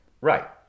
right